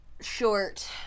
short